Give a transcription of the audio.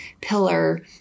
pillar